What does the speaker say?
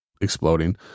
exploding